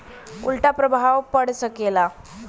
उल्टा प्रभाव पड़ सकेला